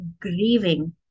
grieving